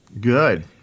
Good